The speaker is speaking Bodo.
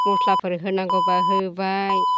मस्लाफोर होनांगौब्ला होबाय